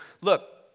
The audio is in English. Look